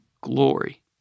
glory